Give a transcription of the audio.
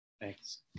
Thanks